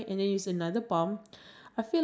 okay do you have any questions